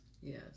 Yes